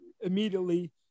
immediately